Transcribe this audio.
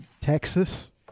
Texas